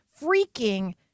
freaking